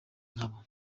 nkabo